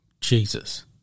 Jesus